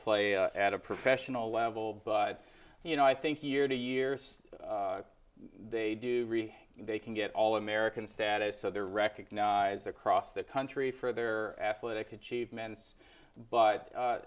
play at a professional level but you know i think year to year since they do they can get all american status so they're recognize across the country for their athletic achievements but